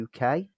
UK